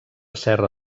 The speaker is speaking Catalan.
serra